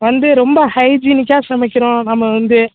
வந்து ரொம்ப ஹைஜீனிக்காக சமைக்கிறோம் நம்ம வந்து